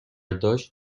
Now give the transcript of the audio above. داشت